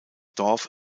dorf